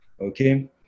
Okay